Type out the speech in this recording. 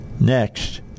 next